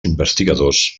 investigadors